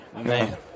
Man